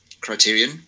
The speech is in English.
Criterion